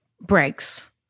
Breaks